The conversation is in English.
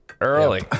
Early